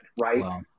right